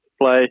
play